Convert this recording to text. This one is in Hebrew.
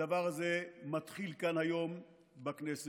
הדבר הזה מתחיל כאן היום בכנסת,